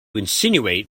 insinuate